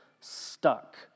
stuck